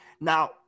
Now